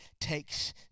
takes